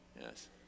yes